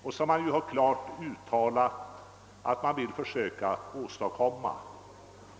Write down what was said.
Det har ju klart uttalats att man skall försöka åstadkomma en sådan begränsning.